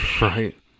right